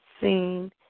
seen